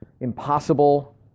impossible